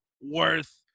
worth